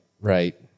right